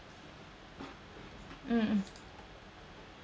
mmhmm